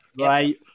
Right